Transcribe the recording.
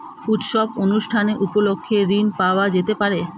উৎসব অনুষ্ঠান উপলক্ষে ঋণ পাওয়া যেতে পারে?